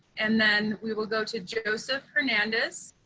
and then we will go to joseph hernandez.